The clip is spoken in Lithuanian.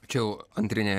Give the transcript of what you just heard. čia jau antrinėj